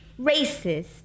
racist